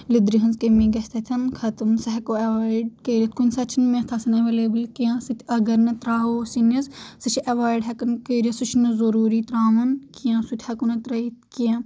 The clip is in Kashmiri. لِدرِ ہنٛز کٔمی گژھہِ تتٮ۪ن ختٕم سُہ ہیٚکو ایٚوایِڈ کٔرِتھ کُنہِ ساتہٕ چھنہٕ میتھ آسان ایٚولیبٕل کینٛہہ اگر نہٕ تراوو سِنس سُہ چھُ ایٚوایڈ ہیٚکان کٔرِتھ سُہ چھُنہٕ ضروٗری تراوُن کینٛہہ سُہ تہِ ہیٚکو نہٕ ترٲیتھ کینٛہہ